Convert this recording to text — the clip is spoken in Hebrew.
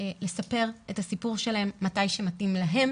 לספר את הסיפור שלהם בזמן שמתאים להם